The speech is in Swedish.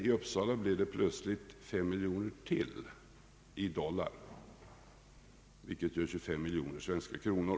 I Uppsala blev det plötsligt 5 miljoner till i dollar, vilket gör ungefär 25 miljoner svenska kronor.